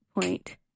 point